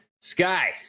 Sky